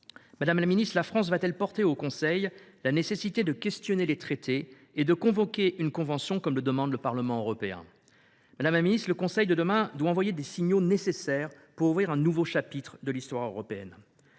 Madame la secrétaire d’État, la France va t elle défendre, au Conseil, la nécessité de questionner les traités et de convoquer une Convention, comme le demande le Parlement européen ? Le Conseil de demain doit envoyer les signaux nécessaires pour ouvrir un nouveau chapitre de l’histoire européenne.